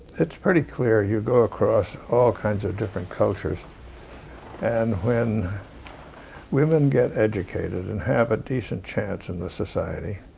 it's pretty clear. you go across all kinds of different cultures and when women get educated and have a decent chance in the society,